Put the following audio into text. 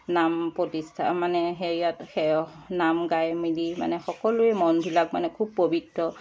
নাম প্ৰতিষ্ঠা মানে হেৰিয়াত সেও নাম গাই মেলি মানে সকলোৱে মনবিলাক মানে খুব পৱিত্ৰ